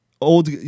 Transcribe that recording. old